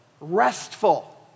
restful